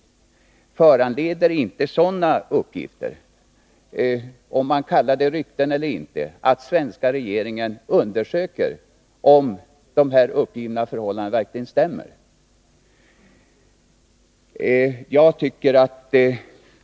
Föranleder inte sådana uppgifter, om man sedan kallar dem rykten eller inte, att svenska regeringen undersöker om de här uppgivna förhållandena verkligen stämmer?